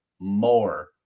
more